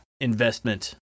investment